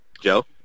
Joe